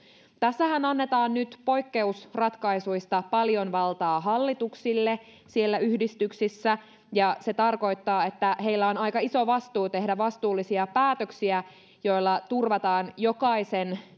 tässähän annetaan nyt poikkeusratkaisuista paljon valtaa hallituksille yhdistyksissä ja se tarkoittaa että heillä on aika iso vastuu tehdä vastuullisia päätöksiä joilla turvataan jokaisen